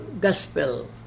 gospel